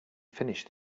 finish